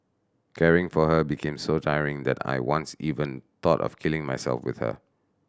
caring for her became so tiring that I once even thought of killing myself with her